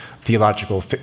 theological